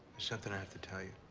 something i have to tell you.